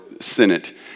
Senate